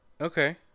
Okay